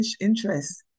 interest